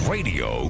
Radio